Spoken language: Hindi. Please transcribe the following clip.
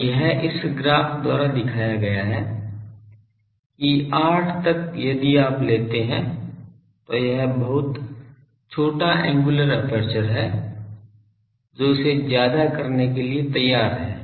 तो यह इस ग्राफ द्वारा दिखाया गया है कि 8 तक यदि आप लेते हैं तो यह बहुत छोटा एंगुलर एपर्चर है जो इसे ज्यादा करने के लिए तैयार है